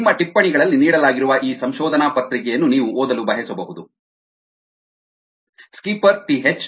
ನಿಮ್ಮ ಟಿಪ್ಪಣಿಗಳಲ್ಲಿ ನೀಡಲಾಗಿರುವ ಈ ಸಂಶೋಧನಾ ಪತ್ರಿಕೆಯನ್ನು ನೀವು ಓದಲು ಬಯಸಬಹುದು ಸ್ಕೀಪರ್ ಟಿಎಚ್